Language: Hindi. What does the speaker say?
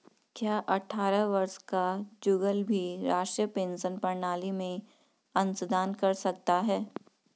क्या अट्ठारह वर्ष का जुगल भी राष्ट्रीय पेंशन प्रणाली में अंशदान कर सकता है?